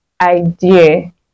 idea